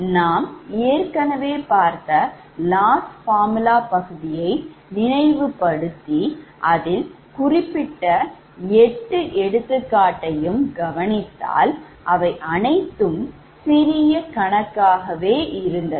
நாம் ஏற்கனவே பார்த்த loss formula பகுதியை நினைவு படுத்தி அதில் கூறப்பட்ட 8 எடுத்துக்காட்டியும் கவனித்தால் அவை அனைத்தும் சிறிய கணக்காகவே இருந்தது